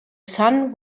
son